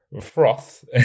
froth